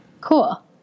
Cool